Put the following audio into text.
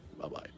Bye-bye